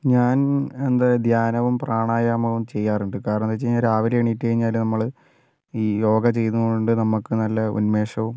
ഞാൻ എന്താ പറയുക ധ്യാനവും പ്രാണായാമവും ചെയ്യാറുണ്ട് കാരണം എന്ന് വെച്ചാൽ രാവിലെ എണീറ്റ് കഴിഞ്ഞാൽ നമ്മൾ ഈ യോഗ ചെയ്യുന്നതുകൊണ്ട് നമുക്ക് നല്ല ഉന്മേഷവും